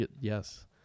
yes